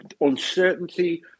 uncertainty